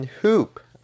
Hoop